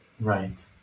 Right